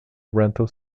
rental